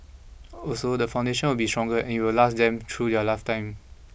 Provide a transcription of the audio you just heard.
also the foundation will be stronger and it will last them through their lifetime